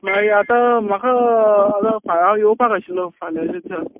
मागीर आतां म्हाका फाल्यां हांव येवपाक आशिल्लो फाल्याच्या दिसा